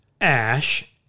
ash